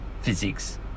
physics